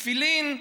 תפילין,